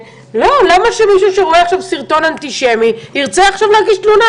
למה שמישהו שרואה עכשיו סרטון אנטישמי ירצה להגיש תלונה?